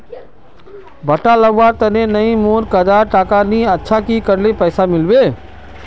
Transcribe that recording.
भुट्टा लगवार तने नई मोर काजाए टका नि अच्छा की करले पैसा मिलबे?